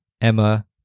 Emma